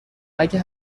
اگه